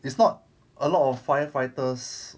it's not a lot of firefighters